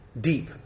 deep